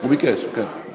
הוא ביקש, כן.